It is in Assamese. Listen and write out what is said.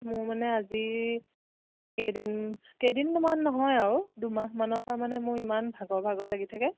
মোৰ মানে আজি কেইদিন কেইদিনমান নহয় আৰু দুমাহমানৰ পৰা মানে মোৰ ইমান ভাগৰ ভাগৰ লাগি থাকে